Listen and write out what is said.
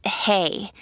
hey